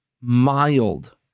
mild